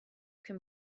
can